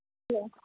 hello